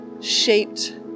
shaped